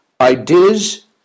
ideas